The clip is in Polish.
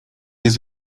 jest